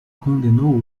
condenou